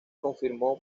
confirmó